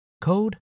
code